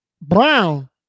Brown